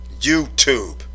YouTube